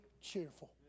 cheerful